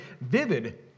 vivid